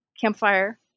Campfire